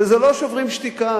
וזה לא "שוברים שתיקה",